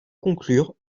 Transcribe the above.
conclure